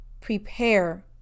prepare